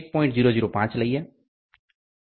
005 લઈએ છીએ